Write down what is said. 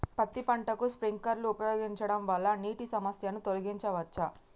పత్తి పంటకు స్ప్రింక్లర్లు ఉపయోగించడం వల్ల నీటి సమస్యను తొలగించవచ్చా?